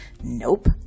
Nope